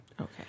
Okay